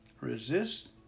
Resist